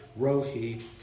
Rohi